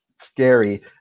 scary